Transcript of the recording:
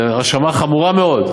זו האשמה חמורה מאוד,